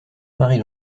marie